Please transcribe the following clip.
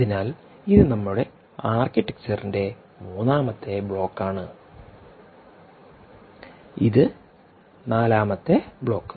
അതിനാൽ ഇത് നമ്മുടെ ആർക്കിടെക്ചറിൻറെ മൂന്നാമത്തെ ബ്ലോക്കാണ് ഇത് നാലാമത്തെ ബ്ലോക്ക്